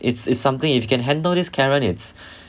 it's it's something if you can handle this karen it's